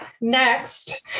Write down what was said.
Next